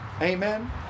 amen